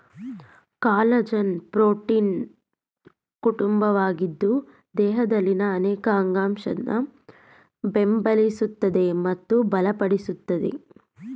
collagen ಪ್ರೋಟೀನ್ನ ಕುಟುಂಬವಾಗಿದ್ದು ದೇಹದಲ್ಲಿನ ಅನೇಕ ಅಂಗಾಂಶನ ಬೆಂಬಲಿಸ್ತದೆ ಮತ್ತು ಬಲಪಡಿಸ್ತದೆ